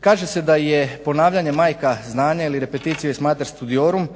Kaže se da je ponavljanje majka znanja ili repetitio est mater studiorum,